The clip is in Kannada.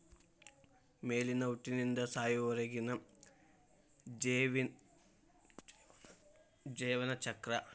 ಮೇನಿನ ಹುಟ್ಟಿನಿಂದ ಸಾಯುವರೆಗಿನ ಜೇವನ ಚಕ್ರ